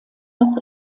noch